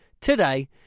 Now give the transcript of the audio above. today